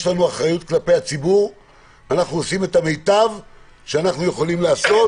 יש לנו אחריות כלפי הציבור ואנחנו עושים את המיטב שאנחנו יכולים לעשות